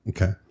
Okay